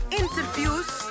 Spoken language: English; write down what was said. interviews